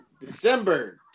December